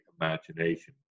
imagination